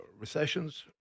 recessions